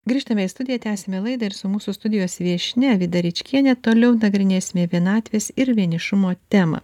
grįžtame į studiją tęsiame laidą ir su mūsų studijos viešnia vida ričkiene toliau nagrinėsime vienatvės ir vienišumo temą